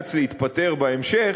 שנאלץ להתפטר בהמשך,